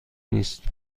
نیست